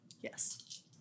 Yes